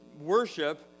worship